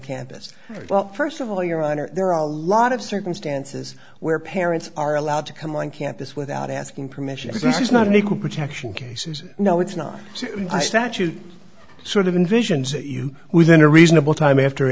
campus well st of all your honor there are a lot of circumstances where parents are allowed to come on campus without asking permission is not an equal protection cases no it's not statute sort of envisions that you within a reasonable time after